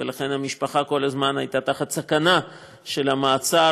ולכן המשפחה הייתה כל הזמן בסכנה של מעצר